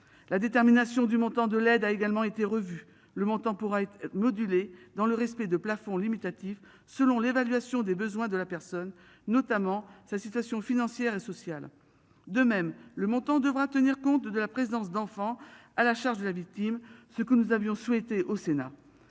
La détermination du montant de l'aide a également été revue le montant pourra être modulé, dans le respect de plafond limitatif selon l'évaluation des besoins de la personne notamment sa situation financière et sociale. De même le montant devra tenir compte de la présence d'enfants à la charge de la victime. Ce que nous avions souhaité au Sénat